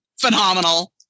phenomenal